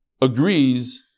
agrees